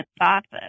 office